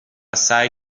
سعی